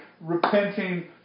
repenting